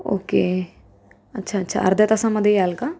okay अच्छा अच्छा अर्ध्या तासामध्ये याल का